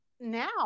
now